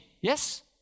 yes